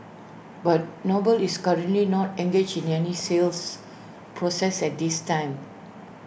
but noble is currently not engaged in any sales process at this time